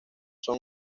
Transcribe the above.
son